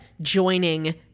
joining